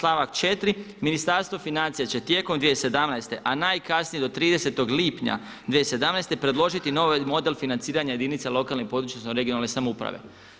Stavak 4. Ministarstvo financija će tijekom 2017., a najkasnije do 30. lipnja 2017. predložiti novi model financiranja jedinica lokalne i područne, odnosno regionalne samouprave.